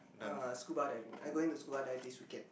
uh scuba diving I'm going scuba diving this weekend